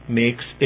makes